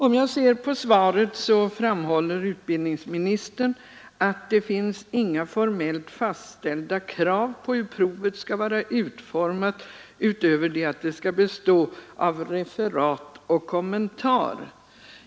Om jag ser på svaret finner jag att utbildningsministern framhåller att det inte finns några formellt fastställda krav på hur provet skall vara utformat — utöver att det skall bestå av referat och kommentar.